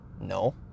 no